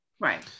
Right